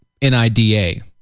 NIDA